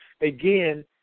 again